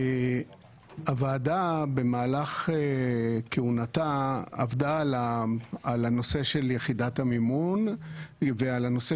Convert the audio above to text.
הוועדה במהלך כהונתה עבדה על הנושא של יחידת המימון ועל הנושא